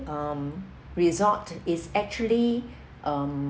um resort is actually um